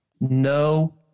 No